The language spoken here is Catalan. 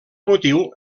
motiu